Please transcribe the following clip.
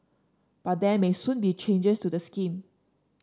but there may soon be changes to the scheme